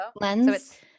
lens